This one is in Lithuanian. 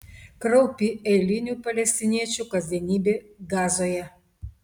kraupi eilinių palestiniečių kasdienybė gazoje